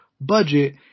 budget